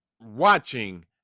watching